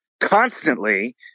constantly